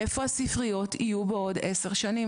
איפה הספריות יהיו בעוד עשר שנים?